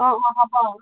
অঁ অঁ হ'ব অঁ